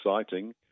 exciting